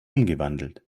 umgewandelt